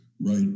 Right